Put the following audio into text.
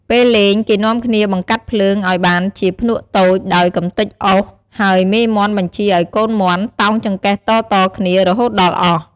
ពេលលេង គេនាំគ្នាបង្កាត់ភ្លើងឲ្យបានជាភ្នក់តូច ដោយកំទេចអុស ហើយមេមាន់បញ្ជាឲ្យកូនមាន់តោងចង្កេះតៗគ្នា រហូតដល់អស់់។